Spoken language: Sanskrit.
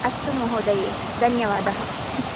अस्तु महोदये धन्यवादः